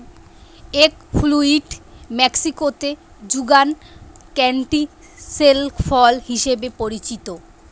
egg fruit মেক্সিকোতে যুগান canistel ফল হিসেবে পরিচিত